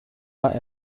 war